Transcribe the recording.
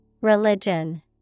Religion